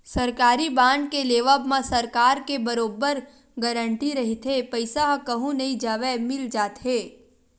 सरकारी बांड के लेवब म सरकार के बरोबर गांरटी रहिथे पईसा ह कहूँ नई जवय मिल जाथे